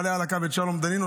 שמעלה על הקו את שלום דנינו,